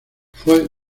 fue